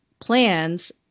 plans